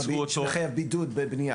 הוא מתייחס לבידוד בבנייה.